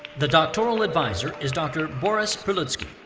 the doctoral advisor is dr. boris prilutsky.